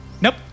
Nope